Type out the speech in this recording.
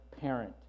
parent